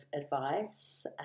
advice